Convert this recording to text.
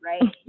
right